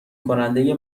کننده